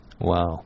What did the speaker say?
Wow